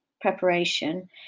preparation